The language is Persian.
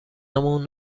مون